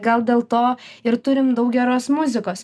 gal dėl to ir turim daug geros muzikos